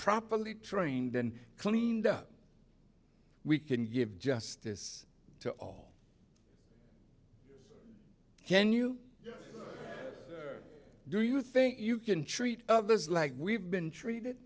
properly trained and cleaned up we can give justice to all can you do you think you can treat others like we've been treated